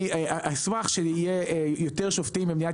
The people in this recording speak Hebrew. אני אשמח שיהיו יותה שופטים במדינת